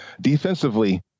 defensively